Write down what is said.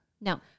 no